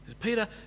Peter